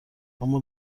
اما